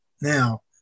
now